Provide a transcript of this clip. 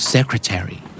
Secretary